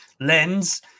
lens